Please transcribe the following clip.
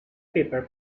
paper